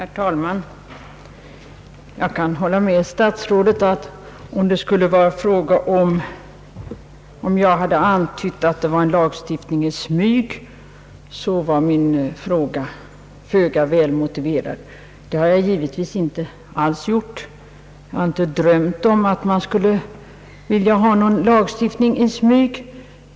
Herr talman! Jag kan hålla med statsrådet om att min fråga skulle ha varit föga välmotiverad om jag antytt att det var en lagstiftning i smyg. Det har jag givetvis inte alls gjort — jag har inte drömt om att man skulle vilja ha någon lagstiftning i smyg.